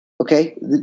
Okay